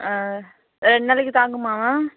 ஆ ரெண்டு நாளைக்கு தாங்குமாம்மா